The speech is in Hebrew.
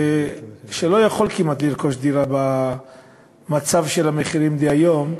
שלא יכול כמעט לרכוש דירה, במצב של המחירים דהיום,